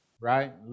right